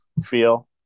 feel